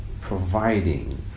providing